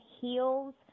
Heels